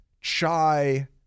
Chai